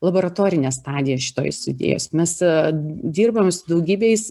laboratorinę stadiją šitos idėjos mes dirbam su daugybeis